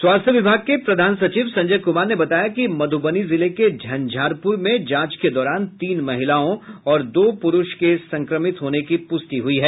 स्वास्थ्य विभाग के प्रधान सचिव संजय कुमार ने बताया कि मधुबनी जिले के झंझारपुर में जांच के दौरान तीन महिलाओं और दो पुरूष के संक्रमित होने की पुष्टि की गयी है